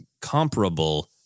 comparable